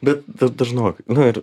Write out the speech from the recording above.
bet da dažnokai nu ir